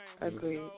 Agreed